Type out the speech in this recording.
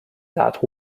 that